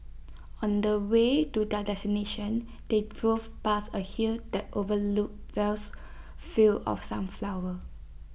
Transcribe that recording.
on the way to their destination they drove past A hill that overlooked vast fields of sunflowers